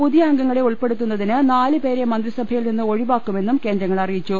പുതിയ അംഗങ്ങളെ ഉൾപ്പെടത്തുന്നതിന് നാല്പേരെ മന്ത്രിസ ഭയിൽ നിന്ന് ഒഴിവാക്കുമെന്നും കേന്ദ്രങ്ങൾ അറിയിച്ചു